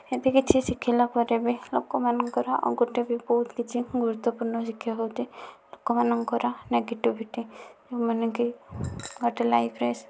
ଏମିତି କିଛି ଶିଖିଲା ପରେ ବି ଲୋକମାନଙ୍କର ଆଉ ଗୋଟିଏ ବି ବହୁତ କିଛି ଗୁରୁତ୍ଵପୂର୍ଣ୍ଣ ଶିକ୍ଷା ହେଉଛି ଲୋକମାନଙ୍କର ନେଗେଟିଭିଟି ଯେଉଁମାନେ କି ଗୋଟିଏ ଲାଇଫରେ